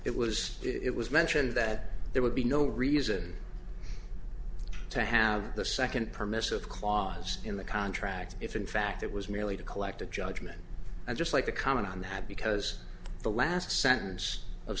it was it was mentioned that there would be no reason to have the second permissive clause in the contract if in fact it was merely to collect a judgment and just like to comment on that because the last sentence of